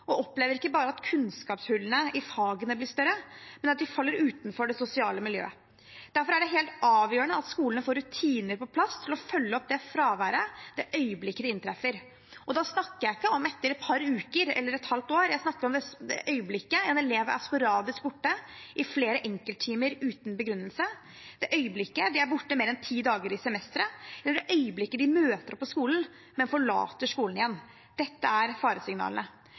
opplever ikke bare at kunnskapshullene i fagene blir større, men at de faller utenfor det sosiale miljøet. Derfor er det helt avgjørende at skolene får rutiner på plass til å følge opp fraværet det øyeblikket det inntreffer. Da snakker jeg ikke om etter et par uker eller et halvt år; jeg snakker om det øyeblikket en elev er sporadisk borte i flere enkelttimer uten begrunnelse, det øyeblikket de er borte mer enn ti dager i semesteret, eller det øyeblikket de møter opp på skolen, men forlater skolen igjen. Dette er faresignalene.